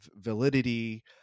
validity